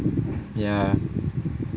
ya